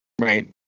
Right